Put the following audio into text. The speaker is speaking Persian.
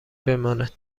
بماند